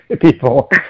people